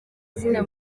izina